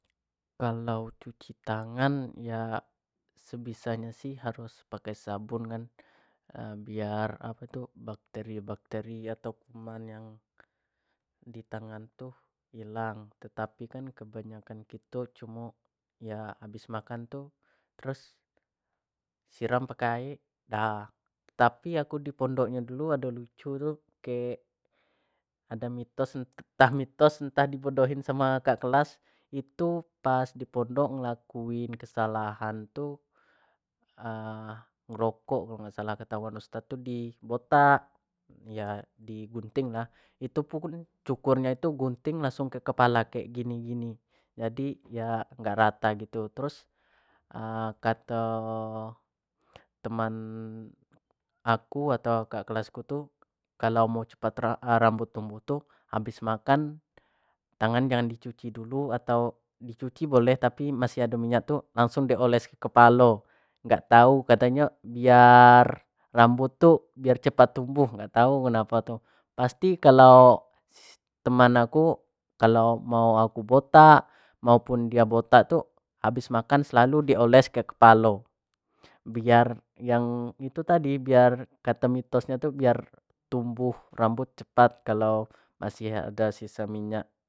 Kalau cuci tangan ya sebisanya sih harus pakai sabun kan biar apa tuh bakteri-bakteri atau kuman yang di tangan tuh hilang tetapi kan kebanyakan gitu cuma ya habis makan tuh terus siram pakai tapi aku di pondoknya dulu ada lucu tuh kayak ada mitos entah mitos entah dibodohin sama kakak kelas itu pas di pondok lakuin kesalahan tuh ngerokok kalau nggak salah ketahuan ustad tuh di botak ya diguntinglah itu cukurnya itu gunting langsung ke kepala kayak gini-gini jadi ya nggak rata gitu terus teman aku atau enggak kelasku tuh kalau mau cepat rambut tumbuh tuh habis makan tangan jangan dicuci dulu atau dicuci boleh tapi masih ada minyak tuh langsung dioles ke palu nggak tahu katanya biar rambut tuh biar cepat tumbuh enggak tahu kenapa tuh pasti kalau teman aku kalau mau aku botak maupun dia botak tuh habis makan selalu dioles ke palu biar yang itu tadi biar ganteng mitosnya tuh biar tumbuh rambut cepat kalau masih ada sisa